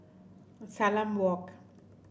Salam Walk